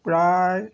প্ৰায়